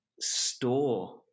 store